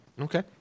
Okay